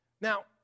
now